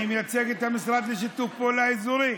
אני מייצג את המשרד לשיתוף פעולה אזורי,